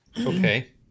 Okay